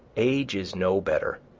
age is no better,